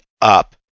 up